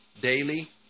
daily